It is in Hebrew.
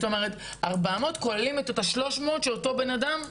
זאת אומרת ה-400 כוללים את ה-300 של אותו בן אדם?